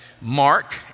Mark